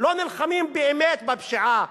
לא נלחמים באמת בפשיעה.